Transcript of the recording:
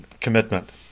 commitment